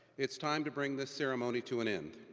it's time to bring this ceremony to an end.